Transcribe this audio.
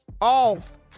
off